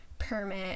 permit